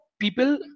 people